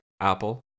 Apple